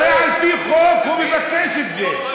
הרי על פי חוק הוא מבקש את זה.